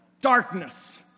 Darkness